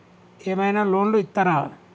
ఏమైనా లోన్లు ఇత్తరా?